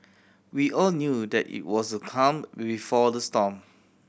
we all knew that it was the calm B before the storm